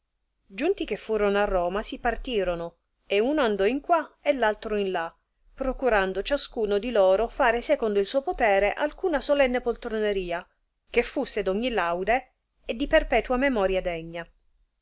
giunti che furono a roma si partirono e uno andò in qua e l'altro in là procurando ciascaduno di loro fare secondo il suo potere alcuna solenne poltroneria che fusse d'ogni laude e di perpetua memoria degna